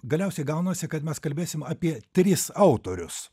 galiausiai gaunasi kad mes kalbėsim apie tris autorius